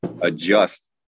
adjust